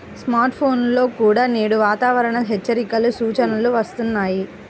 smart ఫోన్లలో కూడా నేడు వాతావరణ హెచ్చరికల సూచనలు వస్తున్నాయి